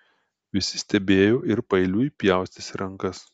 visi stebėjo ir paeiliui pjaustėsi rankas